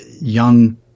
young